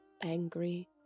angry